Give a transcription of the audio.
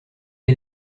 est